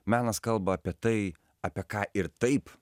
menas kalba apie tai apie ką ir taip